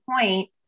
point